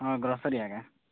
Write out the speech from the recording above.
ହଁ ଗ୍ରୋସରି ଆଜ୍ଞା